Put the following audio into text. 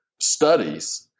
studies